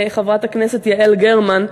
חברת הכנסת יעל גרמן,